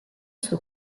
suo